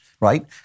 Right